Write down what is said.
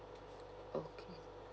okay